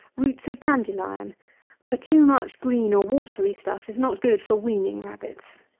roots of dandelion for too much green or watery stuff is not good for weaning rabbits.